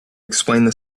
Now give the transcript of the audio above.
explained